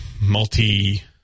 multi